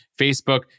Facebook